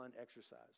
exercise